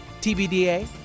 TBDA